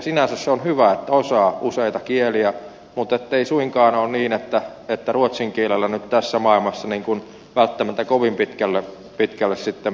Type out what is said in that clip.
sinänsä se on hyvä että osaa useita kieliä muttei suinkaan ole niin että ruotsin kielellä nyt tässä maailmassa välttämättä kovin pitkälle sitten pääsisi